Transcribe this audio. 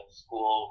school